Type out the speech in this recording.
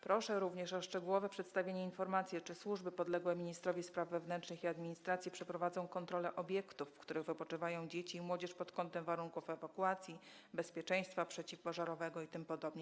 Proszę również o szczegółowe przedstawienie informacji, czy służby podległe ministrowi spraw wewnętrznych i administracji przeprowadzą kontrolę obiektów, w których wypoczywają dzieci i młodzież, pod kątem warunków ewakuacji, bezpieczeństwa przeciwpożarowego itp.